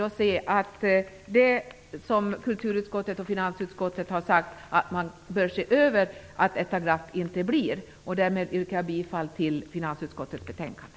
Precis som kulturutskottet och finansutskottet har sagt bör man därför se till att detta glapp inte uppstår. Därmed yrkar jag bifall till hemställan i finansutskottets betänkande.